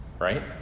Right